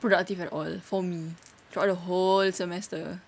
productive at all for me throughout the whole semester